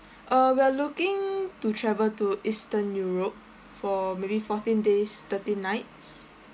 uh we're looking to travel to eastern europe for maybe fourteen days thirteen nights